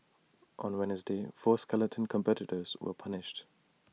on Wednesday four skeleton competitors were punished